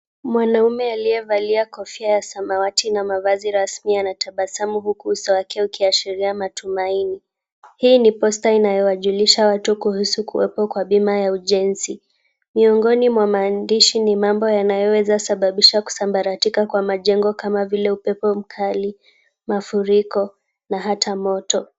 Mwanaume aliyevalia kofia ya samawati na mavazi rasmi anatabasamu huku uso wake ukiashiria matumaini. Hii ni poster inayowajulisha watu kuhusu kuwepo kwa bima ya ujenzi. Miongoni mwa maandishi ni mambo yanayoweza sababisha kusambaratika kwa majengo kama vile upepo mkali, mafuriko na hata moto.